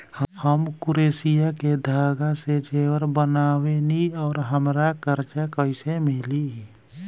हम क्रोशिया के धागा से जेवर बनावेनी और हमरा कर्जा कइसे मिली?